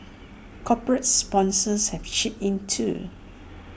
corporate sponsors have chipped in too